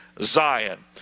Zion